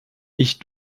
ich